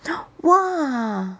!wah!